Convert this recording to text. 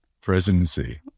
presidency